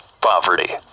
poverty